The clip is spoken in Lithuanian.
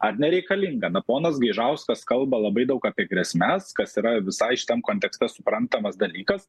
ar nereikalinga na ponas gaižauskas kalba labai daug apie grėsmes kas yra visai šitam kontekste suprantamas dalykas